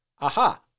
aha